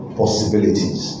possibilities